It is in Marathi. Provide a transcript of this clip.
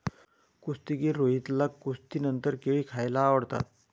कुस्तीगीर रोहितला कसरतीनंतर केळी खायला आवडतात